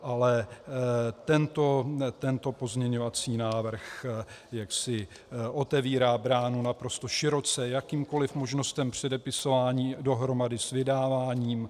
Ale tento pozměňovací návrh jaksi otevírá bránu naprosto široce jakýmkoli možnostem předepisování dohromady s vydáváním.